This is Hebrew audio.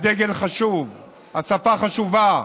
הדגל חשוב, השפה חשובה,